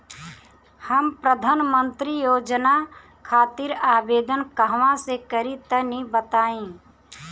हम प्रधनमंत्री योजना खातिर आवेदन कहवा से करि तनि बताईं?